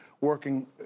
working